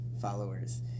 followers